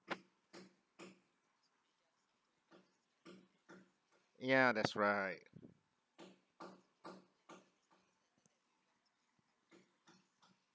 ya that's right